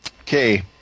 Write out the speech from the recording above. Okay